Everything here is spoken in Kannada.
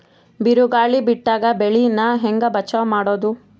ಬಿರುಗಾಳಿ ಬಿಟ್ಟಾಗ ಬೆಳಿ ನಾ ಹೆಂಗ ಬಚಾವ್ ಮಾಡೊದು?